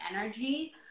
energy